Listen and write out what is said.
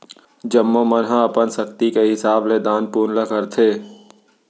जम्मो मन ह अपन सक्ति के हिसाब ले दान पून ल करथे